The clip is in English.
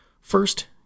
First